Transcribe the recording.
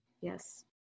Yes